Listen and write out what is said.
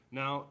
now